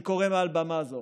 אני קורא מעל במה זו